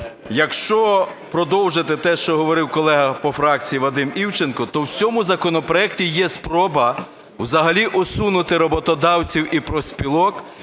якщо продовжити те, що говорив колега по фракції Вадим Івченко, то в цьому законопроекті є спроба взагалі усунути роботодавців і профспілок